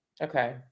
Okay